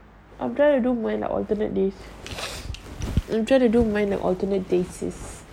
I'm trying to do mine in alternate days I'm tryna do mine in alternate basis